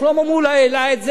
שלמה מולה העלה את זה,